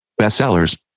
Bestsellers